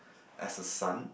as a son